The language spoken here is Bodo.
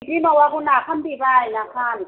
फिथिख्रि मावाखौ नाफाम देबाय नाफाम